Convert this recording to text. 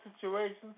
situations